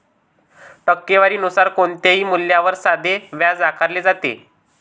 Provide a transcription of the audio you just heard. टक्केवारी नुसार कोणत्याही मूल्यावर साधे व्याज आकारले जाते